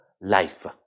life